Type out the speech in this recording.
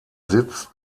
sitz